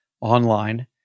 online